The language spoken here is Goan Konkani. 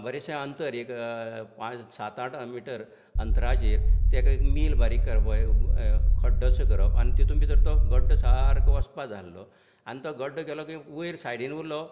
बरेशें अंतर एक पांच सात आठ मिटर अंतराचेर तेका एक मील बारीक खड्डो सो करप आनी तेतून भितर तो गड्डो सारको बसपा जाय आहलो आनी तो गड्डो गेलो की वयर सायडीन उरलो